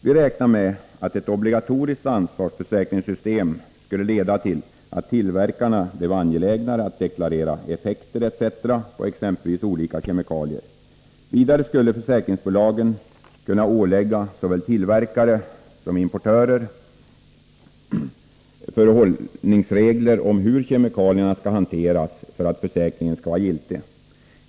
Vi räknar med att ett obligatoriskt ansvarsförsäkringssystem skulle leda till att tillverkarna blev angelägnare att deklarera effekter etc. på exempelvis olika kemikalier. Vidare skulle försäkringsbolagen kunna ålägga såväl tillverkare som importörer förhållningsregler för hur kemikalierna skall hanteras för att försäkringen skall vara giltig.